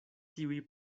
tiuj